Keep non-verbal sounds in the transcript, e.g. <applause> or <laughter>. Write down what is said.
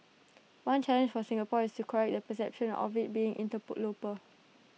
one challenge for Singapore is to correct the perception of IT being <unintelligible>